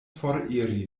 foriri